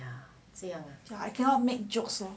so ya ya I cannot make jokes lor